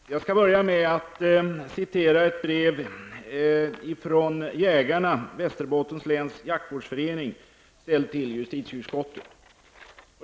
Herr talman! Jag skall börja med att citera ett brev ifrån jägarna i Västerbottens läns Jaktvårdsförening, ställd till justitieutskottet.